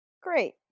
Great